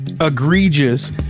egregious